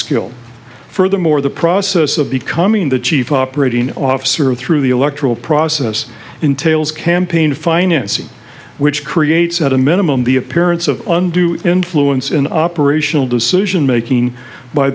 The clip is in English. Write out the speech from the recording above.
skill furthermore the process of becoming the chief operating officer through the electoral process entails campaign financing which creates at a minimum the appearance of undue influence in operational decision making by